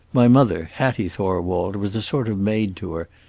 my mother, hattie thorwald, was a sort of maid to her,